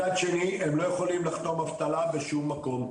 מצד שני הם לא יכולים לחתום אבטלה בשום מקום.